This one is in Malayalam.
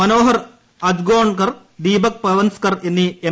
മനോഹർ അജ്ഗവോൺകർ ദീപക് പവൻസ്കർ എന്നീ എം